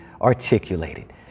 articulated